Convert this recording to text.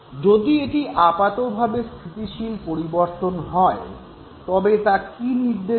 যদি এটি আপাতভাবে স্থিতিশীল পরিবর্তন হয় তবে তা কী নির্দেশ করে